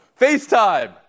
FaceTime